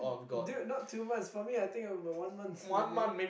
dude not two months for me I think it would be one month will be